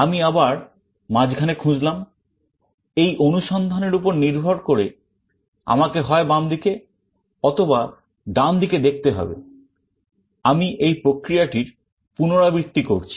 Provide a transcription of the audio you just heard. আমি আবার মাঝখানে খুঁজলাম এই অনুসন্ধান এর উপর নির্ভর করে আমাকে হয় বাম দিকে অথবা ডান দিকে দেখতে হবে আমি এই প্রক্রিয়াটির পুনরাবৃত্তি করছি